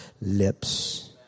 lips